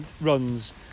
runs